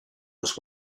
was